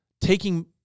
taking